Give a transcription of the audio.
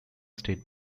state